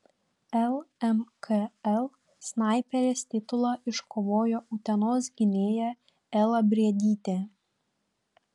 lmkl snaiperės titulą iškovojo utenos gynėja ela briedytė